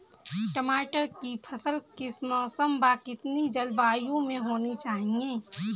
टमाटर की फसल किस मौसम व कितनी जलवायु में होनी चाहिए?